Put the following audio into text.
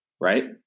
right